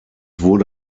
wurde